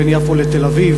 בין יפו לתל-אביב,